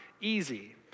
easy